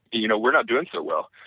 you know we're not doing so well,